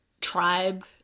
tribe